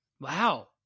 Wow